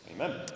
amen